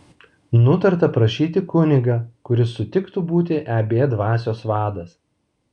nutarta prašyti kunigą kuris sutiktų būti eb dvasios vadas